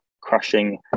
crushing